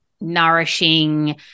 nourishing